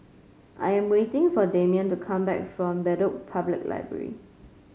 I am waiting for Demian to come back from Bedok Public Library